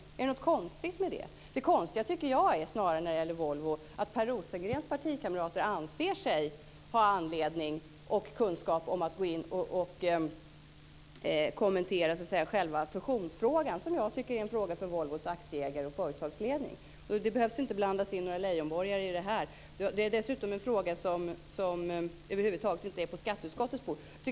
Det konstiga när det gäller Volvo är snarare att Per Rosengrens partikamrater anser sig ha anledning att kommentera fusionsfrågan, som jag tycker är en angelägenhet för Vi behöver inte blanda in Leijonborg i det här. Det gäller en fråga som över huvud taget inte ligger på skatteutskottets bord.